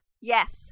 Yes